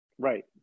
Right